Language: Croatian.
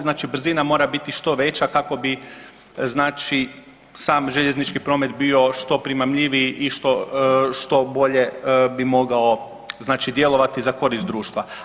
Znači brzina mora biti što veća kako bi znači sam željeznički promet bio što primamljiviji i što bolje bi mogao znači djelovati za koristi društva.